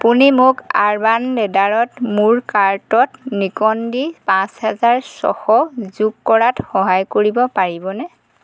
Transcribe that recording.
আপুনি মোক আৰ্বান লেডাৰত মোৰ কাৰ্টত নিকন ডি পাঁচ হেজাৰ ছশ যোগ কৰাত সহায় কৰিব পাৰিবনে